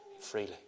freely